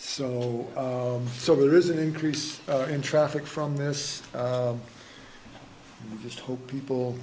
so so there is an increase in traffic from this just hope people